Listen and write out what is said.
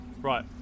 Right